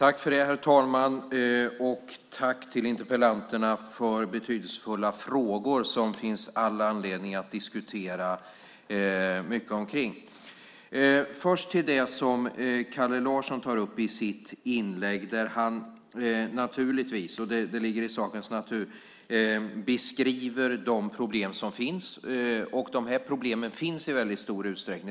Herr talman! Jag tackar interpellanterna för betydelsefulla frågor som det finns all anledning att diskutera. Först till det som Kalle Larsson tar upp i sitt inlägg. Han beskriver - det ligger i sakens natur - de problem som finns, och de finns verkligen i stor utsträckning.